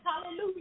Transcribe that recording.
hallelujah